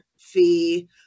fee